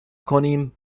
کنیم